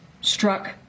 struck